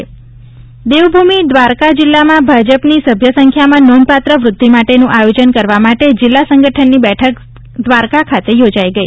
દ્વારકા ભાજપ દેવભૂમિ દ્વારકા જિલ્લામાં ભાજપની સભ્ય સંખ્યામાં નોંધપાત્ર વ્રદ્ધિ માટેનું આયોજન કરવા માટે જિલ્લા સંગઠનની બેઠક દ્વારા ખાતે યોજાઈ ગઈ